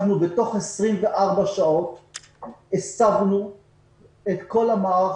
אנחנו בתוך 24 שעות הסבנו את כל המערך